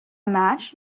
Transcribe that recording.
match